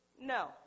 No